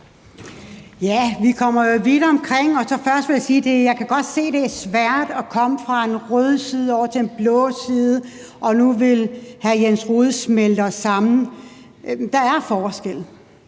Vi kommer jo vidt omkring, og først vil jeg sige, at jeg godt kan se, at det er svært at komme fra en rød side over til en blå side, og nu vil hr. Jens Rohde smelte os sammen. Der er forskel